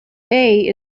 bay